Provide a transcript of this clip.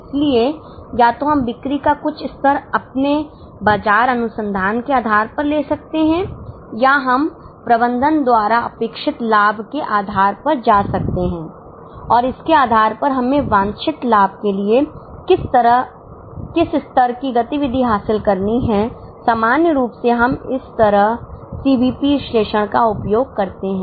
इसलिए या तो हम बिक्री का कुछ स्तर अपने बाजार अनुसंधान के आधार पर ले सकते हैं या हम प्रबंधन द्वारा अपेक्षित लाभ के आधार पर जा सकते हैं और इसके आधार पर हमें वांछित लाभ के लिए किस स्तर की गतिविधि हासिल करनी है सामान्य रूप से हम इस तरह सीबीपी विश्लेषण का उपयोग करते हैं